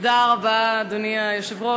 אדוני היושב-ראש,